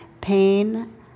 pain